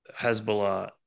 Hezbollah